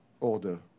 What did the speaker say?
order